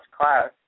class